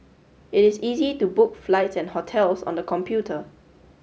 it is easy to book flights and hotels on the computer